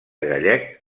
gallec